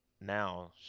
now